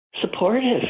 supportive